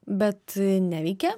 bet neveikia